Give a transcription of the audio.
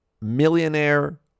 millionaire